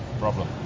problem